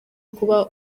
kuba